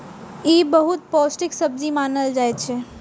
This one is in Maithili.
ई बहुत पौष्टिक सब्जी मानल जाइ छै